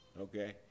Okay